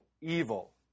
evil